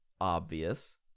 obvious